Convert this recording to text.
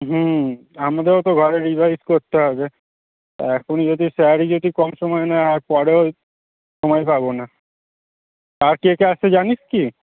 হুম আমাদেরও তো ঘরে রিভাইস করতে হবে তা এখনই যদি স্যারই যদি কম সময় নেয় আর পরেও সময় পাব না আর কে কে আসছে জানিস কি